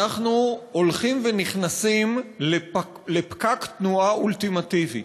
אנחנו הולכים ונכנסים לפקק תנועה אולטימטיבי.